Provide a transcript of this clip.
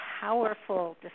powerful